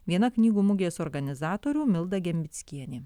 viena knygų mugės organizatorių milda gembickienė